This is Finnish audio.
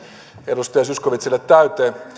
edustaja zyskowiczille täyteen